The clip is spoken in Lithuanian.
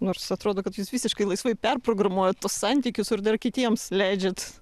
nors atrodo kad jūs visiškai laisvai perprogramuojat tuos santykius ir dar kitiems leidžiant